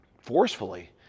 forcefully